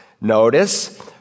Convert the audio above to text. Notice